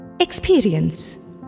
experience